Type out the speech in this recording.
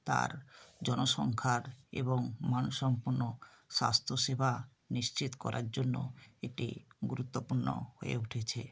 তার জনসংখ্যার এবং মানসম্পন্ন স্বাস্ত্যসেবা নিশ্চিত করার জন্য এটি গুরত্বপূর্ণ হয়ে উঠেছে